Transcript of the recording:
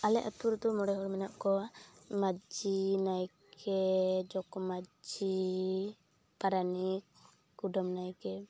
ᱟᱞᱮ ᱟᱹᱛᱩᱨᱮᱫᱚ ᱢᱚᱬᱮᱦᱚᱲ ᱢᱮᱱᱟᱜ ᱠᱚᱣᱟ ᱢᱟᱺᱡᱷᱤ ᱱᱟᱭᱠᱮ ᱡᱚᱜᱽᱼᱢᱟᱺᱡᱷᱤ ᱯᱟᱨᱟᱱᱤᱠ ᱠᱩᱰᱟᱹᱢ ᱱᱟᱭᱠᱮ